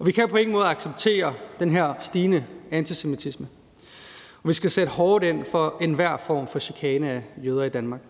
vi kan på ingen måde acceptere den her stigende antisemitisme. Vi skal sætte hårdt ind over for enhver form for chikane af jøder i Danmark.